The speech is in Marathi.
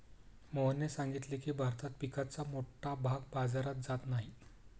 मोहनने सांगितले की, भारतात पिकाचा मोठा भाग बाजारात जात नाही